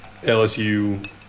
LSU